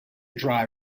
dry